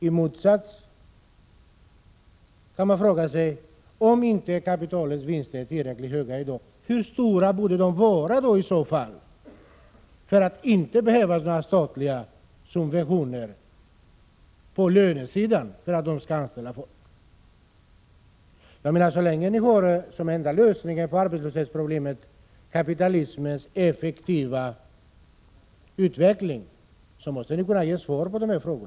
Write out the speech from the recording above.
I motsats härtill kan man fråga sig: Om kapitalets vinster inte är tillräckligt stora i dag, hur stora borde de vara för att företagen inte skulle behöva några statliga subventioner på lönesidan för att kunna anställa folk? Så länge ni som enda lösning på arbetslöshetsproblemet har kapitalets effektiva utveckling måste ni kunna ge svar på dessa frågor.